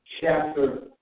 chapter